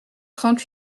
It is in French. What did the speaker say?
trente